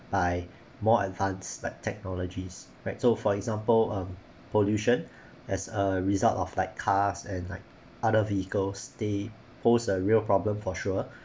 by more advanced like technologies right so for example um pollution as a result of like cars and like other vehicles they pose a real problem for sure